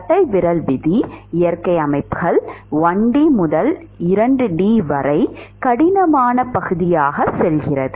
கட்டைவிரல் விதி இயற்கை அமைப்புகள் 1D முதல் 2D வரை கடினமான பகுதியாக செல்கிறது